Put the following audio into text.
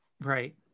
Right